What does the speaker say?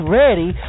ready